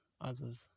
others